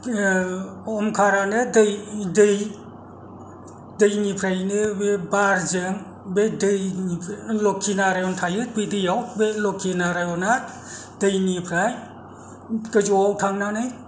अमखारानो दैनिफ्रायनो बे बारजों बे दै लखिनारायण थायो बै दैआव बे लखिनारायणआ दैनिफ्राय गोजौआव थांनानै